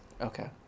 Okay